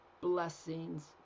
blessings